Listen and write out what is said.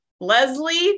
Leslie